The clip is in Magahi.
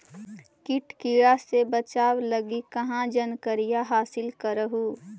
किट किड़ा से बचाब लगी कहा जानकारीया हासिल कर हू?